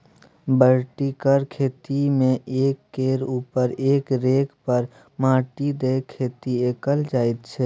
vertical खेती मे एक केर उपर एक रैक पर माटि दए खेती कएल जाइत छै